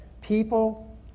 People